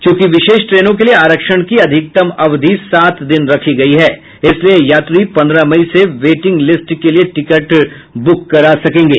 चूंकि विशेष ट्रेनों के लिये आरक्षण की अधिकतम अवधि सात दिन रखी गयी है इसलिये यात्री पन्द्रह मई से वेटिंग लिस्ट के लिये टिकट बुक करा सकेंगे